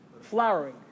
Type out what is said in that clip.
Flowering